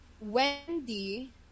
Wendy